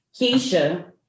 Keisha